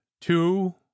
two